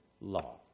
law